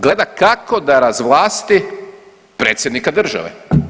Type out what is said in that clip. Gleda kako da razvlasti predsjednika države.